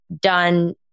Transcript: done